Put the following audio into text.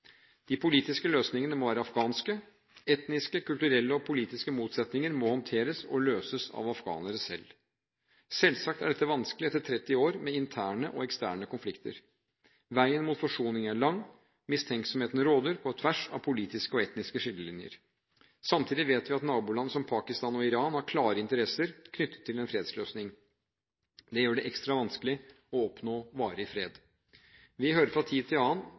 De politiske løsningene må være afghanske. Etniske, kulturelle og politiske motsetninger må håndteres og løses av afghanerne selv. Selvsagt er dette vanskelig etter 30 år med interne og eksterne konflikter. Veien mot forsoning er lang. Mistenksomheten råder på tvers av politiske og etniske skillelinjer. Samtidig vet vi at naboland som Pakistan og Iran har klare interesser knyttet til en fredsløsning. Det gjør det ekstra vanskelig å oppnå varig fred. Vi hører fra tid til annen